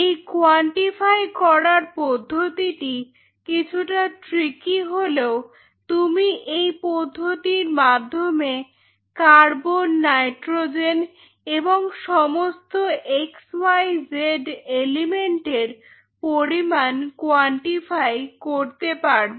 এই কোয়ান্টিফাই করার পদ্ধতিটি কিছুটা ট্রিকি হলেও তুমি এই পদ্ধতির মাধ্যমে কার্বন নাইট্রোজেন এবং সমস্ত এক্স ওয়াই জেড এলিমেন্ট এর পরিমাণ কোয়ান্টিফাই করতে পারবে